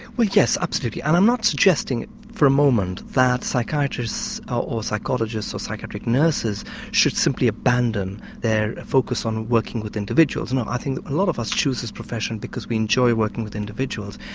well yes, absolutely. and i'm not suggesting for a moment that psychiatrists or psychologists or psychiatric nurses should simply abandon their focus on working with individuals. and i think a lot of us choose this profession because we enjoy working with individuals,